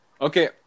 Okay